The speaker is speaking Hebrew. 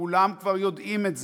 כולם כבר יודעים את זה.